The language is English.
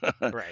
Right